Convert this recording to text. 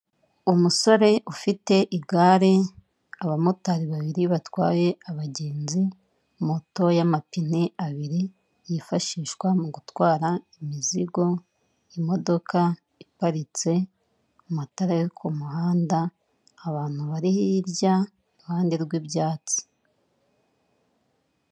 Umusore ufite igare, abamotari babiri batwaye abagenzi, moto y'amapine abiri yifashishwa mu gutwara imizigo, imodoka iparitse, amatara yo ku muhanda, abantu bari hirya iruhande rw'ibyatsi.